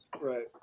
Right